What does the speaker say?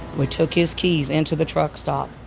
we took his keys into the truck stop,